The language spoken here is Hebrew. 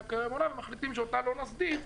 קיים מעולם ומחליטים שאותה לא נסדיר,